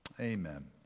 Amen